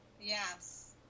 Yes